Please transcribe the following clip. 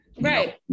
Right